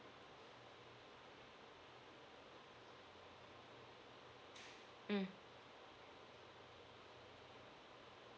mm